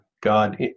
God